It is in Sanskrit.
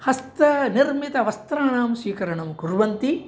हस्तनिर्मितवस्त्राणां स्वीकरणं कुर्वन्ति